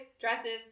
dresses